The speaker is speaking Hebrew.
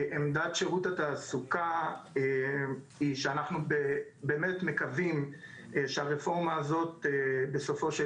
עמדת שרות התעסוקה היא שאנחנו באמת מקווים שהרפורמה הזאת בסופו של